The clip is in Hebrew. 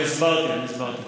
אני הסברתי, אני הסברתי.